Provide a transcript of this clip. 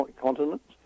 continents